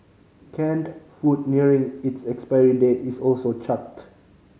canned food nearing its expiry date is also chucked